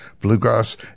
Bluegrass